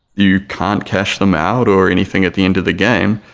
you can't cash them out or anything at the end of the game,